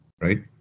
right